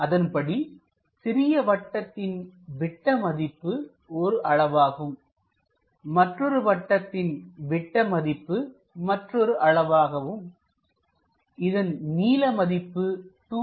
அதன்படி சிறிய வட்டத்தின் விட்ட மதிப்பு ஒரு அளவாகும்மற்றொரு வட்டத்தின் விட்ட மதிப்பு மற்றொரு அளவாகவும்இதன் நீள மதிப்பு 2